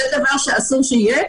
זה דבר שאסור שיהיה,